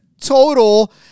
total